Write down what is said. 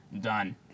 Done